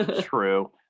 True